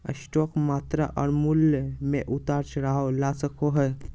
stock मात्रा और मूल्य में उतार चढ़ाव ला सको हइ